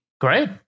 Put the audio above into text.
Great